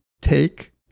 take